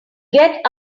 get